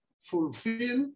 fulfill